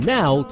now